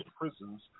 prisons